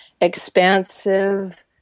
expansive